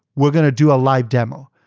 weaeurre going to do a live demo.